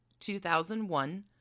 2001